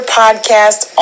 podcast